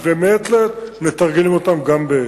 2. האם החיילים, במסגרת האימונים, יורים מכלי נשק?